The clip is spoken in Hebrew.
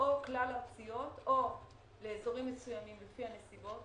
או כלל ארציות או לאזורים מסוימים לפי הנסיבות,